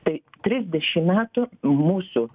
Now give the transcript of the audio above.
tai trisdešim metų mūsų